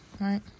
right